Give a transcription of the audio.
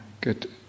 good